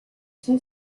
two